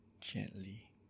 gently